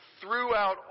throughout